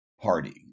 party